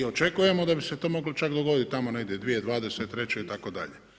I očekujemo da bi se to moglo čak dogoditi tamo negdje 2023. itd.